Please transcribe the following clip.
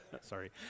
Sorry